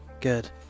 Good